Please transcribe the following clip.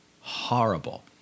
horrible